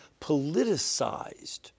politicized